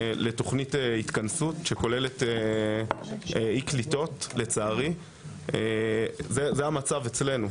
לתוכנית התכנסות שכוללת אי-קליטות, זה המצב אצלנו.